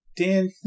Dan